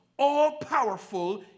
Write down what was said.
all-powerful